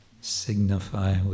signify